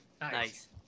Nice